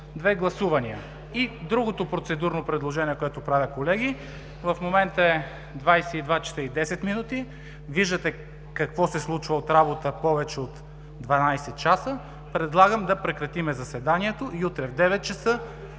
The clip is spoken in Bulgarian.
две гласувания. И другото процедурно предложение, което правя, колеги: в момента е 22,10 ч. – виждате какво се случва от работа повече от 12 часа, предлагам да прекратим заседанието и утре в 9,00 ч.